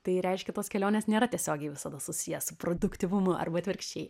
tai reiškia tos kelionės nėra tiesiogiai visada susiję su produktyvumu arba atvirkščiai